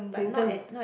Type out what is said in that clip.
Cheng-Teng